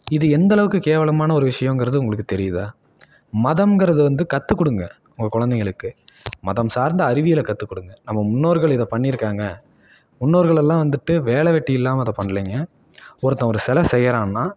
இது எந்த அளவுக்கு கேவலமான ஒரு விஷயங்கறது உங்களுக்கு தெரியுதா மதங்கிறது வந்து கற்று கொடுங்க உங்கள் குழந்தைங்களுக்கு மதம் சார்ந்த அறிவியலை கற்று கொடுங்க நம்ம முன்னோர்கள் இதை பண்ணியிருக்காங்க முன்னோர்கள் எல்லாம் வந்துட்டு வேலை வெட்டி இல்லாமல் இதை பண்ணலைங்க ஒருத்தன் ஒரு சிலை செய்கிறான்னா